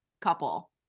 couple